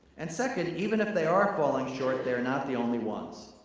and second, even if they are falling short, they're not the only ones.